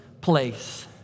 place